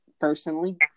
personally